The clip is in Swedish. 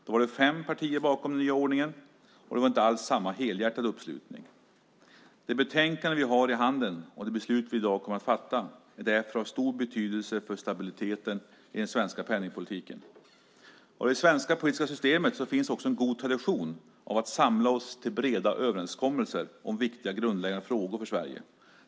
Då var det fem partier bakom den nya ordningen, och det var inte alls samma helhjärtade uppslutning. Det betänkande vi har i handen och det beslut vi i dag kommer att fatta är därför av stor betydelse för stabiliteten i den svenska penningpolitiken. I det svenska politiska systemet finns också en god tradition av att samla oss till breda överenskommelser om viktiga grundläggande frågor för Sverige.